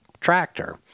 tractor